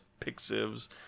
Pixiv's